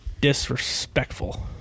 disrespectful